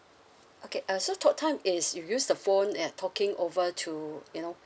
okay uh so talk time is you use the phone and talking over to you know